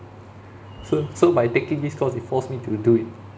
so so by taking this course it force me to do it